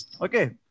Okay